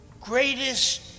greatest